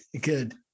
good